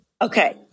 Okay